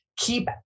keep